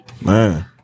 Man